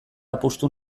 apustu